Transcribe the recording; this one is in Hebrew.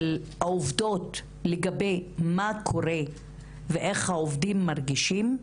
שהעובדות לגבי מה שקורה ואיך העובדים מרגישים,